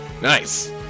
Nice